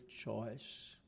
choice